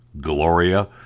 Gloria